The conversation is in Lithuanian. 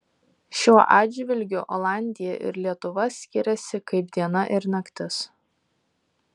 šiuo atžvilgiu olandija ir lietuva skiriasi kaip diena ir naktis